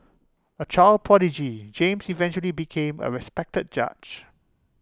A child prodigy James eventually became A respected judge